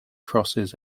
crosses